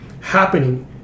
happening